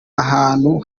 ahantu